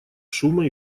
шума